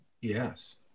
Yes